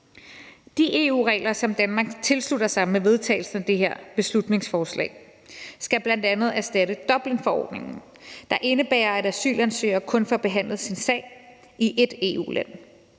De EU-regler, som Danmark tilslutter sig med vedtagelsen af det her beslutningsforslag, skal bl.a. erstatte Dublinforordningen, der indebærer, at asylansøgere kun får behandlet deres sag i ét EU-land.